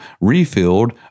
refilled